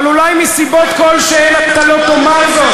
אבל אולי מסיבות כלשהן אתה לא תאמר זאת.